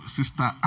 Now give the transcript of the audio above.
Sister